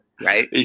Right